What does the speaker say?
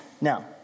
Now